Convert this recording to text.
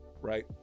right